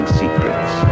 secrets